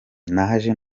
naje